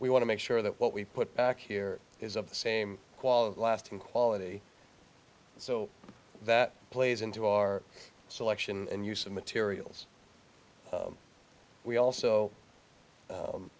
we want to make sure that what we put back here is of the same quality lasting quality so that plays into our selection and use of materials we also